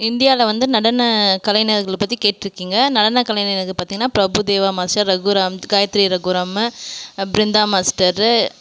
இந்தியாவில் வந்து நடன கலைஞர்கள் பற்றி கேட்டிருக்கீங்க நடன கலைஞர்கள் பார்த்திங்னா பிரபுதேவா மாஸ்டர் ரகுராம் காயத்ரி ரகுராம் பிருந்தா மாஸ்டரு